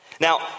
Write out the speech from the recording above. Now